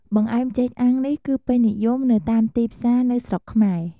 បង្អែមចេកអាំងនេះគឹពេញនិយមនៅតាមទីផ្សារនៅស្រុកខ្មែរ។